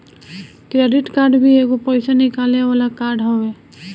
credit card भी एगो पईसा निकाले वाला कार्ड हवे